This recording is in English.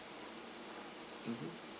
mmhmm